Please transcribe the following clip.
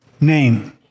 name